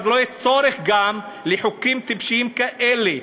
ואז לא יהיה צורך גם בחוקים טיפשיים כאלה.